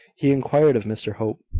he inquired of mr hope.